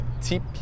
tip